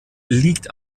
liegt